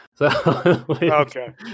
Okay